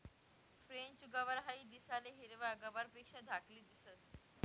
French गवार हाई दिसाले हिरवा गवारपेक्षा धाकली दिसंस